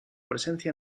presencia